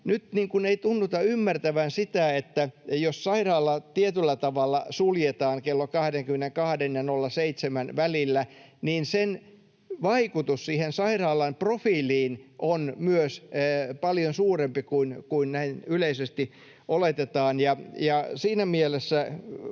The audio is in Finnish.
Nyt ei tunnuta ymmärtävän sitä, että jos sairaala tietyllä tavalla suljetaan kello 22:n ja 07:n välillä, niin sen vaikutus myös siihen sairaalan profiiliin on paljon suurempi kuin näin yleisesti oletetaan. Siinä mielessä